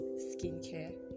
skincare